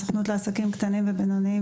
הסוכנות לעסקים קטנים ובינוניים,